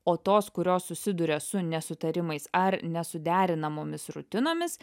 o tos kurios susiduria su nesutarimais ar nesuderinamomis rutinomis